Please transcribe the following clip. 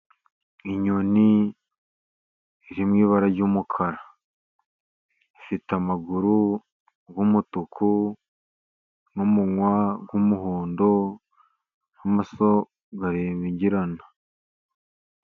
Inyoni iri mu ibara ry'umukara, ifite amaguru y'umutuku n'umunwa w'umuhondo n'amaso abengerana.